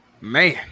Man